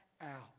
out